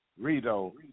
Rito